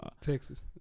Texas